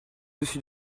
dessus